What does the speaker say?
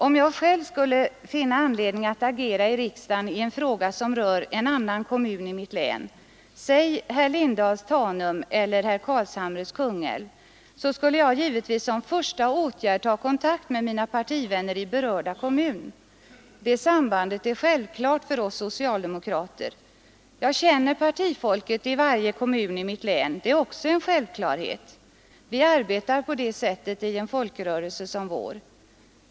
Om jag själv skulle finna anledning att agera i riksdagen i en fråga som rör en annan kommun i mitt län, säg herr Lindahls Tanum eller herr Carlshamres Kungälv, så skulle jag givetvis som första åtgärd ta kontakt med mina partivänner i berörda kommun. Det sambandet är självklart för oss socialdemokrater. Jag känner partifolket i varje kommun i mitt län. Det är också en självklarhet. Vi arbetar på det sättet i en folkrörelse som vår.